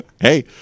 hey